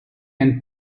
and